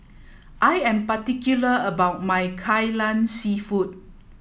I am particular about my kai lan seafood